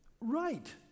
right